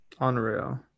Unreal